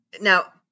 now